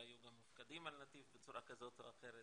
והיו גם מופקדים על נתיב בצורה כזו או אחרת.